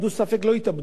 ספק לא התאבדו,